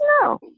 No